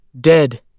dead